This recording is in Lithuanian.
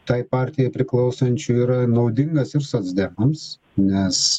tai partijai priklausančių yra naudingas ir socdemams nes